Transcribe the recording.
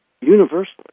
universally